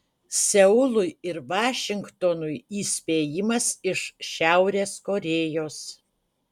seului ir vašingtonui įspėjimas iš šiaurės korėjos